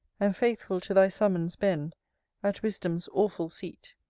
and, faithful to thy summons, bend at wisdom's awful seat.